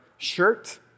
shirt